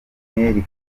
inkeri